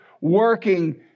working